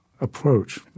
approach